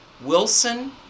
Wilson